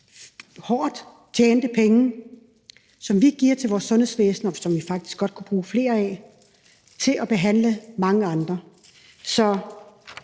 på det; penge, som vi giver til vores sundhedsvæsen, og som vi faktisk godt kunne bruge flere af til at behandle mange andre.